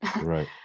right